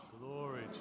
Glory